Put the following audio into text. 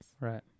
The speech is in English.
Right